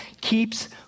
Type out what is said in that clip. keeps